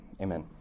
amen